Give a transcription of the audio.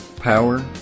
Power